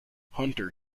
hunter